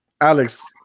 Alex